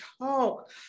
talk